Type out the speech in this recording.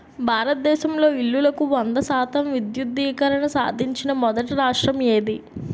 భారతదేశంలో ఇల్లులకు వంద శాతం విద్యుద్దీకరణ సాధించిన మొదటి రాష్ట్రం ఏది?